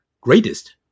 greatest